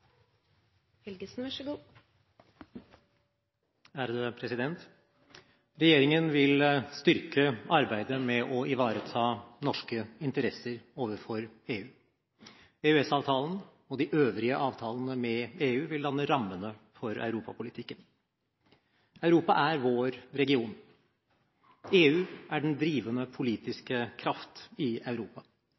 Regjeringen vil styrke arbeidet med å ivareta norske interesser overfor EU. EØS-avtalen og de øvrige avtalene med EU vil danne rammene for europapolitikken. Europa er vår region. EU er den drivende politiske kraft i Europa.